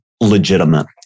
legitimate